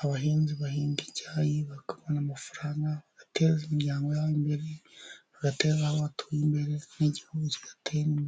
Abahinzi bahinga icyayi bakabona amafaranga, bagateza imiryango yabo imbere, bagateza aho batuye imbere, n'Igihugu kigatera imbere.